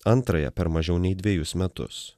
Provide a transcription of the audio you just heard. antrąją per mažiau nei dvejus metus